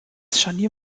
scharnier